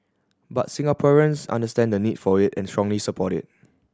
but Singaporeans understand the need for it and strongly support it